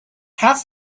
have